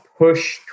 Push